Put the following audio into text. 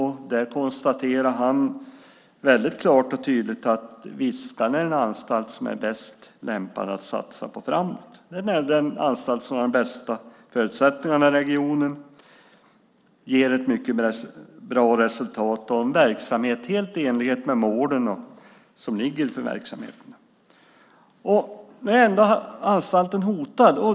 Han konstaterar klart och tydligt att Viskan är den anstalt som är bäst lämpad att satsa på framåt. Det är den anstalt som har de bästa förutsättningarna i regionen, ger ett bra resultat och har en verksamhet helt i enlighet med målen för verksamheten. Nu är ändå anstalten hotad.